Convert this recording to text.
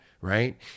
right